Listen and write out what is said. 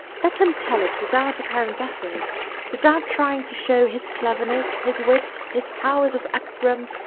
let him tell it without apparent effort with out trying to show his cleverness, his wit, his powers of epigram,